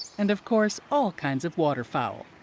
and of course all kinds of waterfowl.